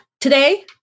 Today